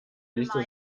ließe